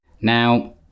Now